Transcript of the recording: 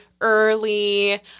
early